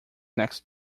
next